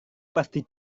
pasti